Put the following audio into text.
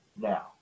Now